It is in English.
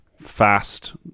fast